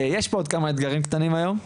יש פה כמה אתגרים קטנים היום,